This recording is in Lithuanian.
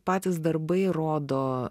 patys darbai rodo